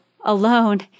alone